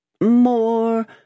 more